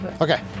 Okay